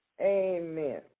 Amen